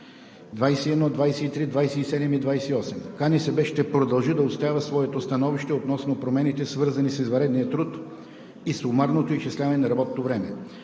синдикати в България ще продължи да отстоява своето становище относно промените, свързани с извънредния труд и сумираното изчисляване на работното време.